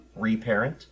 reparent